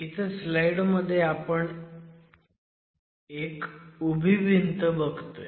इथं स्लाईड मध्ये आपण एक उभी भिंत बघतोय